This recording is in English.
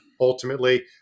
ultimately